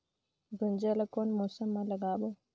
गुनजा ला कोन मौसम मा लगाबो?